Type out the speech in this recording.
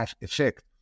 effect